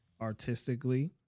artistically